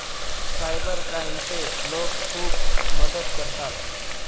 cyber क्राईमचे लोक खूप मदत करतात